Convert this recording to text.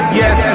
yes